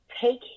take